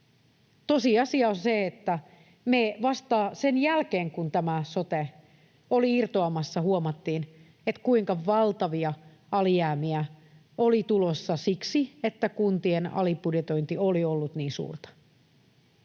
Tosiasia on se, että me vasta sen jälkeen, kun tämä sote oli irtoamassa, huomattiin, kuinka valtavia alijäämiä oli tulossa siksi, että kuntien alibudjetointi oli ollut niin suurta.